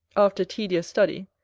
after tedious study,